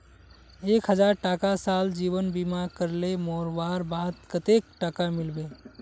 एक हजार टका साल जीवन बीमा करले मोरवार बाद कतेक टका मिलबे?